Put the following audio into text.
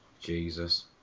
Jesus